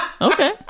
okay